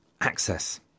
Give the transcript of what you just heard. access